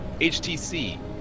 HTC